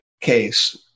case